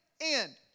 end